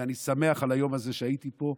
ואני שמח על היום הזה שהייתי פה,